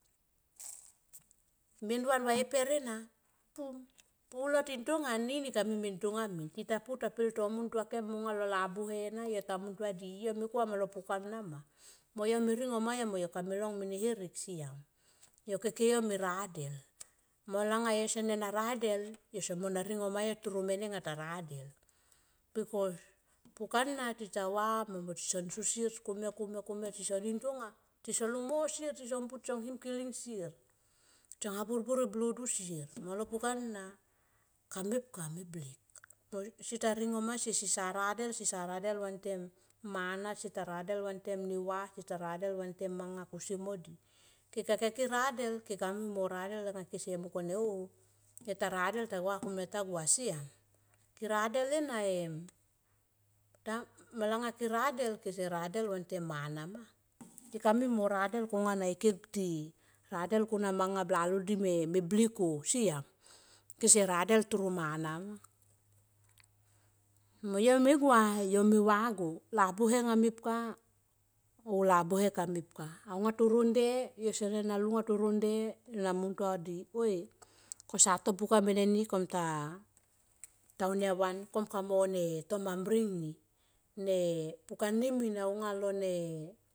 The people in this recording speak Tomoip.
Men van va e per ena pum, pulo tintonga anini kami tintonga min. Tita pu ta peltomun tua kem alo labuhe na yo ta muntuna di yo me kuam alo puka na ma. Mo yo me ringo ma yo mo yo kame long mene herek siam. Yo keke yo me radel malanga yo sene na radel yo somo na ringo ma yo toro mene nga yo ta radelbikos pukana tita va mo tisan so sier komia komia tisan nin tonga tisan lung mo sier tisan nim kiling sier. Tsan habhabar e blodu sier anga lo pukana kame kame blik. Seta ringo ma sier sesa radel sesa radel vantem mana, sieta rade vantem ne va sieta radel vantem manga kusie mo di keke ke radel ke ka mui mo radel anga oh yo ta radel yo ta gua kom nga yo ta gua siam. Ke radel ena em malanga ke radel kese radel vantem mana ma ke kamui mo radel konga na ike ti radel konga manga bla lol di ti meblik oh siam kese radel toro mana ma. Mo yo me gua, yo me va go labuhe anga mepka oh labuhe kamep ka aunga toron nde yo sene na langa toro nde na muntua di oi kosa to buka mene ni kom ta unia van kom kamo ne to mam ning ni ne puka ni min aunga lo ne.